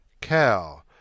Cow